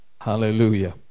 Hallelujah